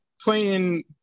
playing